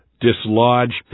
dislodged